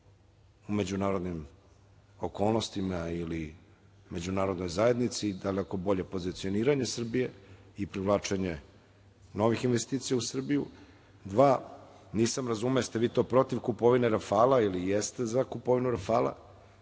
u međunarodnim okolnostima ili međunarodnoj zajednici, daleko bolje pozicioniranje Srbije i privlačenje novih investicija u Srbiju. Pod dva – nisam razumeo da li ste vi to protiv kupovine „Rafala“ ili jeste za kupovinu „Rafala“.